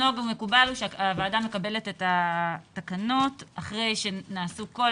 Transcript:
הנוהג המקובל הוא שהוועדה מקבלת את התקנות אחרי שנעשו כל